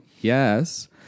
Yes